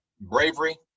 bravery